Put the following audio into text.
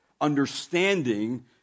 understanding